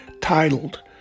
titled